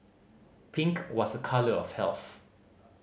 pink was a colour of health